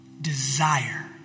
desire